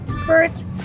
first